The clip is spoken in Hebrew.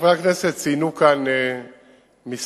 חברי הכנסת ציינו כאן כמה דברים,